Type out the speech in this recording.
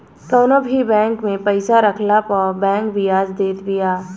कवनो भी बैंक में पईसा रखला पअ बैंक बियाज देत बिया